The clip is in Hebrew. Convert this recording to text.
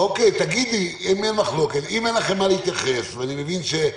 מה מצב הצפיפות שם.